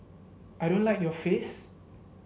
I don't like your face